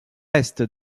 est